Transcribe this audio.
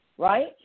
Right